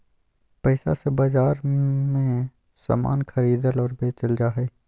पैसा से बाजार मे समान खरीदल और बेचल जा हय